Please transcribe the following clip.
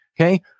okay